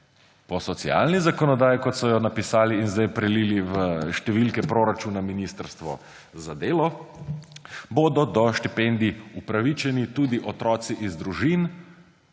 Po socialni zakonodaji, kot so jo napisali in zdaj prelili v številke proračuna ministrstvo za delo, bodo do štipendij upravičeni tudi otroci iz družin,